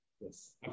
Yes